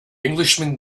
englishman